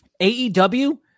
AEW